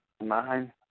nine